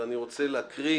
ואני רוצה להקריא